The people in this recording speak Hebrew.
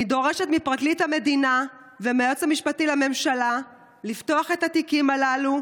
אני דורשת מפרקליט המדינה והיועץ המשפטי לממשלה לפתוח את התיקים הללו,